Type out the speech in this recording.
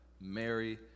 Mary